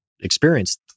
experience